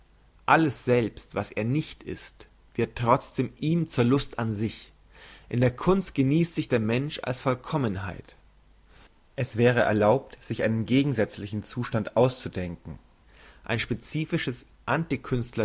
alles selbst was er nicht ist wird trotzdem ihm zur lust an sich in der kunst geniesst sich der mensch als vollkommenheit es wäre erlaubt sich einen gegensätzlichen zustand auszudenken ein spezifisches